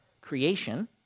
creation